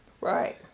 Right